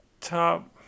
top